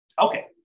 okay